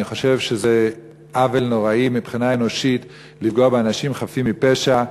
אני חושב שזה עוול נוראי מבחינה אנושית לפגוע באנשים חפים מפשע.